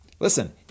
Listen